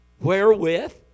wherewith